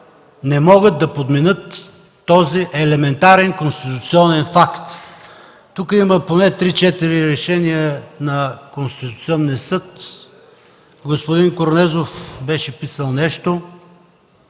не могат да подменят този елементарен конституционен факт. Тук има поне три-четири решения на Конституционния съд. Господин Корнезов беше писал нещо,